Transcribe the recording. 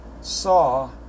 saw